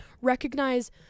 recognize